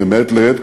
ומעת לעת,